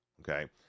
okay